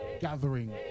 gathering